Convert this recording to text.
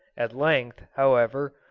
at length, however,